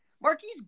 Marquis